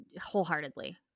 Wholeheartedly